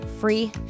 free